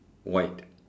white